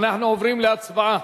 אנחנו עוברים להצבעה.